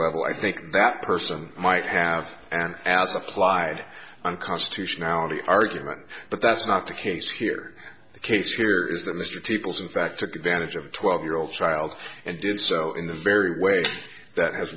level i think that person might have an as applied unconstitutionality argument but that's not the case here the case here is that mr peoples in fact took advantage of twelve year old child and did so in the very way that has